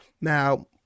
Now